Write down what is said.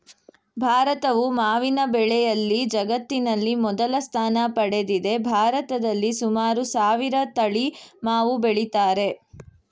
ಭಾರತವು ಮಾವಿನ ಬೆಳೆಯಲ್ಲಿ ಜಗತ್ತಿನಲ್ಲಿ ಮೊದಲ ಸ್ಥಾನ ಪಡೆದಿದೆ ಭಾರತದಲ್ಲಿ ಸುಮಾರು ಸಾವಿರ ತಳಿ ಮಾವು ಬೆಳಿತಾರೆ